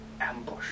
Ambush